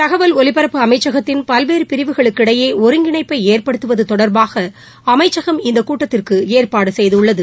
தகவல் ஒலிபரப்பு அமைச்சகத்தின் பல்வேறு பிரிவுகளுக்கு இடையே ஒருங்கிணைப்பை ஏற்படுத்துவது தொடர்பாக அமைச்சகம் இந்த கூட்டத்திற்கு ஏற்பாடு செய்துள்ளது